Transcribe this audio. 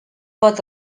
pot